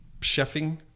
chefing